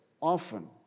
often